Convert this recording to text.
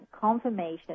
confirmation